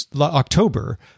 October